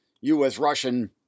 U.S.-Russian